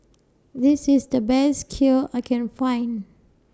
This IS The Best Kheer I Can Find